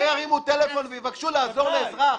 לא ירימו טלפון ויבקשו לעזור לאזרח?